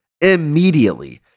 Immediately